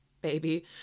baby